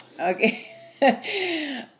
Okay